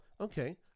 okay